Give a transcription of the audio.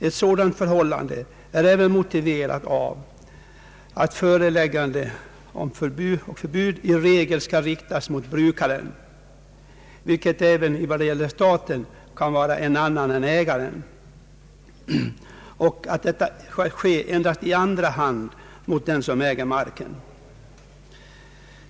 Ett sådant förhållande är också motiverat av att föreläggande och förbud i regel skall riktas mot brukaren, vilken även i vad gäller staten kan vara en annan än ägaren, och endast i andra hand mot den som äger marken.